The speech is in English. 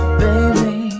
baby